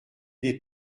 des